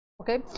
okay